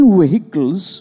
vehicles